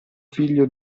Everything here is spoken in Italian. figlio